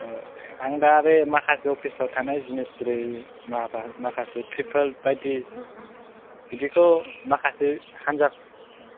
औ दे आं दा बे माखासे अपिसाव थानाय जिनिस्रि माबा माखासे त्रिफाल बायदि बिदिखौ माखासे हान्जा औ